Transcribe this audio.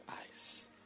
eyes